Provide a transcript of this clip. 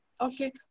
okay